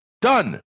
done